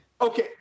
okay